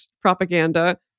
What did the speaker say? propaganda